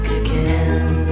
again